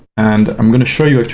and i'm going to show you, actually,